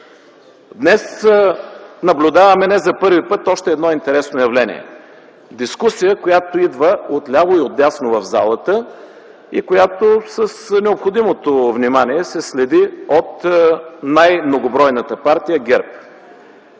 Днес наблюдаваме не за първи път още едно интересно явление. Дискусия, която идва от ляво и от дясно в залата, и която с необходимото внимание се следи от най-многобройната партия ГЕРБ.